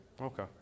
Okay